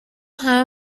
همه